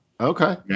Okay